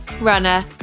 runner